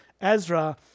Ezra